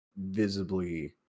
visibly